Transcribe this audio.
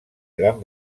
gran